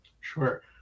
Sure